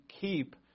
keep